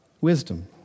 wisdom